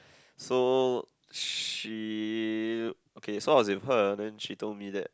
so she okay so I was with her then she told me that